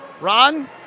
Ron